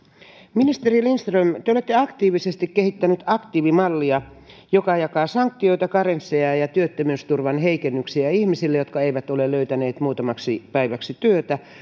ministeri lindström te olette aktiivisesti kehittänyt aktiivimallia joka jakaa sanktioita karensseja ja ja työttömyysturvan heikennyksiä ihmisille jotka eivät ole löytäneet muutamaksi päiväksi työtä